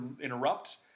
interrupt